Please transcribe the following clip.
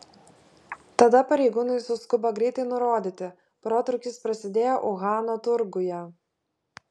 tada pareigūnai suskubo greitai nurodyti protrūkis prasidėjo uhano turguje